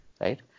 right